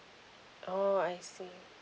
oo I see